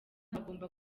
bagomba